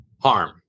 harm